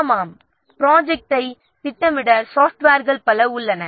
ஆமாம் ப்ராஜெக்ட்டை திட்டமிட சாப்ட்வேர்கள் பல உள்ளன